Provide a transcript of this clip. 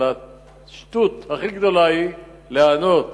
אבל השטות הכי גדולה היא להיענות